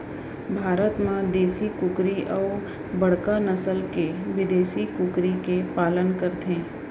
भारत म देसी कुकरी अउ बड़का नसल के बिदेसी कुकरी के पालन करथे